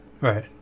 Right